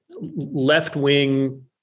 left-wing